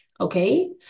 okay